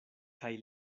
kaj